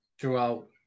throughout